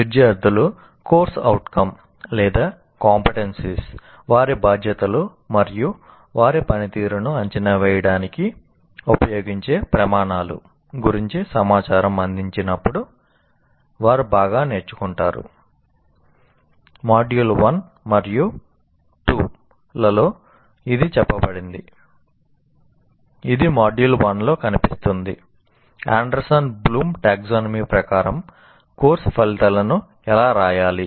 విద్యార్థులు course outcome ప్రకారం course ఫలితాలను ఎలా వ్రాయాలి